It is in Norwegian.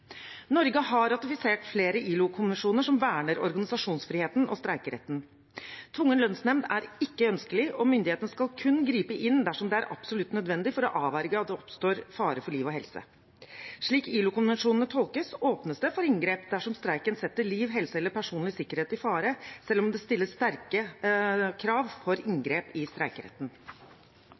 Norge har ratifisert flere ILO-konvensjoner som verner organisasjonsfriheten og streikeretten. Tvungen lønnsnemnd er ikke ønskelig, og myndighetene skal kun gripe inn dersom det er absolutt nødvendig for å avverge at det oppstår fare for liv og helse. Slik ILO-konvensjonene tolkes, åpnes det for inngrep dersom streiken setter liv, helse eller personlig sikkerhet i fare, selv om det stilles sterke krav for inngrep i streikeretten.